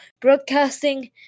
broadcasting